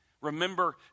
Remember